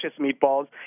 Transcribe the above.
Meatballs